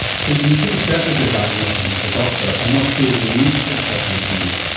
so you can be pretty certain of your diagnosis as the doctor and not feel the need for a second opinion.